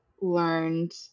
learned